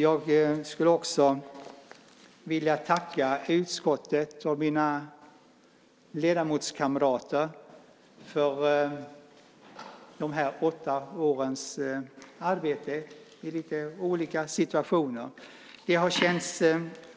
Jag vill tacka utskottet och mina ledamotskamrater för de här åtta årens arbete i olika situationer. Det har känts